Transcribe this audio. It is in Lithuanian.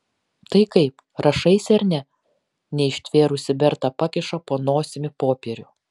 tai kaip rašaisi ar ne neištvėrusi berta pakiša po nosimi popierių